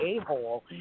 a-hole